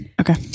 Okay